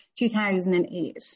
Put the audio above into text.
2008